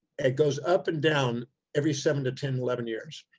it goes up and down every seven to ten, eleven years.